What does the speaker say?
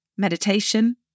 Meditation